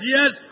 Yes